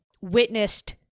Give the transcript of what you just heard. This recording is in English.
witnessed